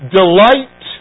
delight